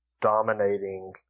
dominating